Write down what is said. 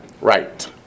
Right